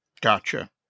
Gotcha